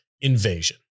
Invasion